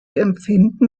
empfinden